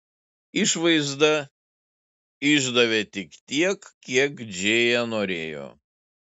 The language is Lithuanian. išvaizda išdavė tik tiek kiek džėja norėjo